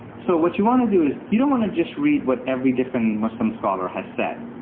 so what you want to do, is you don't want to just read what every different muslim scholar has said.